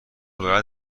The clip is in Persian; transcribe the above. باید